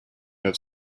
have